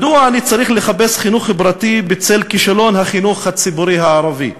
מדוע אני צריך לחפש חינוך פרטי בצל כישלון החינוך הציבורי הערבי?